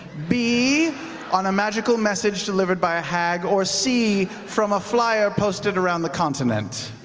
b on a magical message delivered by a hag, or c from a flyer posted around the continent?